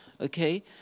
Okay